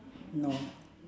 no